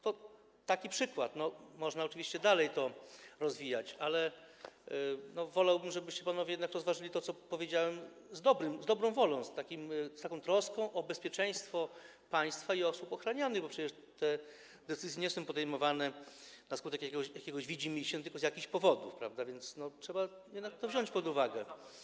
To taki przykład, można oczywiście dalej to rozwijać, ale wolałbym, żebyście panowie jednak rozważyli to, co powiedziałem, z dobrą wolą, z troską o bezpieczeństwo państwa i osób ochranianych, bo przecież te decyzje nie są podejmowane na skutek jakiegoś widzimisię, tylko z jakichś powodów, więc trzeba jednak to wziąć pod uwagę.